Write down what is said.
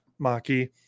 Maki